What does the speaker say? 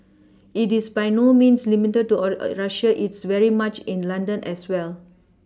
it is by no means limited to all Russia it's very much in London as well